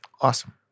Awesome